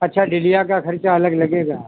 अच्छा डलिया का खर्चा अलग लगेगा